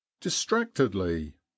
distractedly